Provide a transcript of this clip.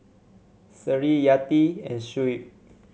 Seri Yati and Shuib